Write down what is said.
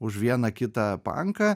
už vieną kitą panką